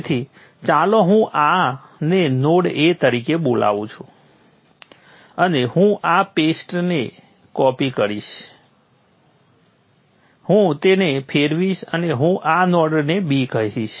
તેથી ચાલો હું આને નોડ a તરીકે બોલાવું છું અને હું આ પેસ્ટની કોપી કરીશ હું તેને ફેરવીશ અને હું આ નોડને b કહીશ